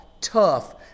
tough